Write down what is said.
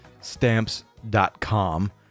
stamps.com